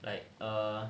like err